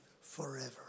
forever